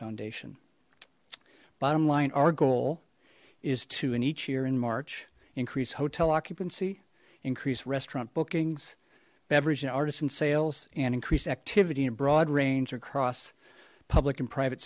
foundation bottom line our goal is to an each year in march increase hotel fancy increase restaurant bookings beverage and artisan sales and increased activity and broad range across public and private